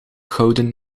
gouden